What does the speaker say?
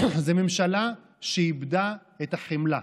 זאת ממשלה שאיבדה את החמלה.